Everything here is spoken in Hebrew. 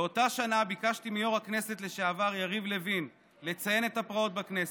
באותה שנה ביקשתי מיו"ר הכנסת לשעבר יריב לוין לציין את הפרעות בכנסת.